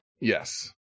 yes